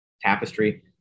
tapestry